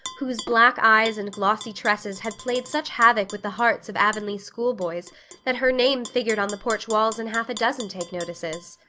whose black eyes and glossy tresses had played such havoc with the hearts of avonlea schoolboys that her name figured on the porch walls in half a dozen take-notices.